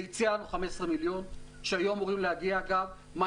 והציע לנו 15 מיליון שהיו אמורים להגיע מהר-מהר.